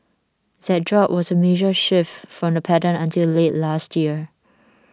that drop was a major shift from the pattern until late last year